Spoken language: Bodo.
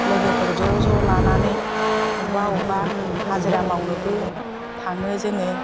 लोगोफोर ज' ज' लानानै बबावबा बबावबा हाजिरा मावनोबो थाङो जोङो